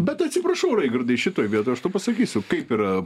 bet atsiprašau raigardai šitoj vietoj aš tau pasakysiu kaip yra